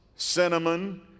Cinnamon